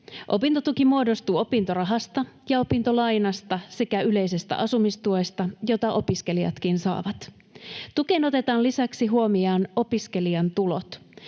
Opintotuki muodostuu opintorahasta ja opintolainasta sekä yleisestä asumistuesta, jota opiskelijatkin saavat. Tukeen otetaan lisäksi huomioon opiskelijan tulot.